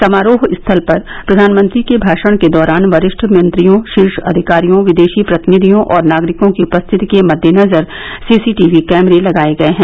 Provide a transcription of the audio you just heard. समारोह स्थल पर प्रधानमंत्री के भाषण के दौरान वरिष्ठ मंत्रियों शीर्ष अधिकारियों विदेशी प्रतिनिधियों और नागरिकों की उपस्थिति के मद्देनजर सीसी टीवी कैमरे लगाये गये हैं